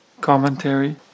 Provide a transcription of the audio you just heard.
commentary